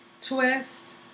Twist